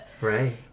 Right